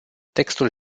textul